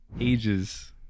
ages